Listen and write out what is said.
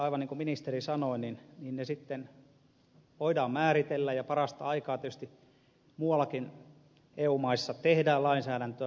aivan niin kun ministeri sanoi niin ne sitten voidaan määritellä ja parasta aikaa tietysti muuallakin eu maissa tehdään lainsäädäntöä